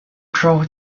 crow